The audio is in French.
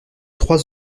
trois